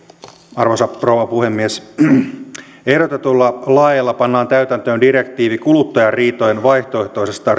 arvoisa rouva puhemies ehdotetuilla laeilla pannaan täytäntöön direktiivi kuluttajariitojen vaihtoehtoisesta